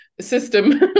system